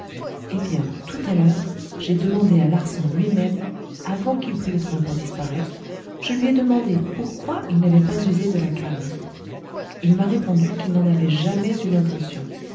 eh bien tout à l'heure j'ai demandé à larsan lui-même avant qu'il prît le train pour disparaître je lui ai demandé pourquoi il n'avait pas usé de la canne il m'a répondu qu'il n'en avait jamais eu l'intention